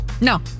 No